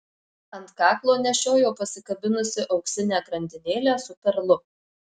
ant kaklo nešiojo pasikabinusi auksinę grandinėlę su perlu